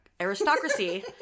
aristocracy